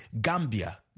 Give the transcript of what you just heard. Gambia